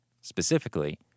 Specifically